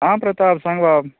आ प्रताप सांग बाब